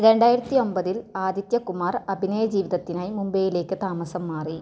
രണ്ടായിരത്തി ഒമ്പതിൽ ആദിത്യ കുമാർ അഭിനയ ജീവിതത്തിനായി മുംബൈയിലേക്ക് താമസം മാറി